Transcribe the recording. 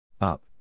Up